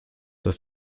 das